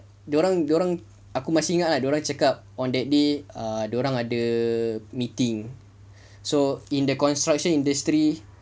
dia orang dia orang aku masih ingat ah dia orang cakap on that day dia orang ada meeting so in the construction industry